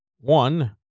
One